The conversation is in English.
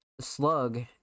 Slug